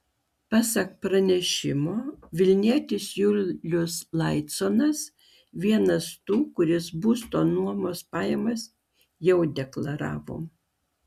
pasak pranešimo vilnietis julius laiconas vienas tų kuris būsto nuomos pajamas jau deklaravo